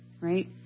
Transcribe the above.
right